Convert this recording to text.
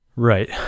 Right